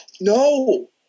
No